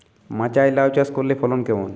মাচায় লাউ চাষ করলে ফলন কেমন?